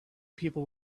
people